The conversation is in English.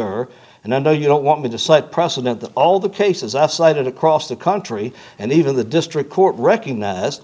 sir and i know you don't want me to cite precedent that all the cases i've cited across the country and even the district court recognized